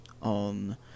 on